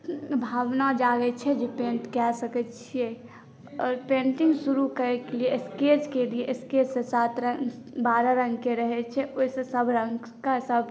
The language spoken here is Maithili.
भावना जागै छै जे पैंट कय सकैत छियै आओर पेंटिंग शुरू करयके लिय स्केचके भी स्केचसे सात रंग बारह रंगके रहै छै ओहिसॅं सभ रंगकें सभ